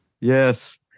Yes